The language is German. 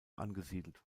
angesiedelt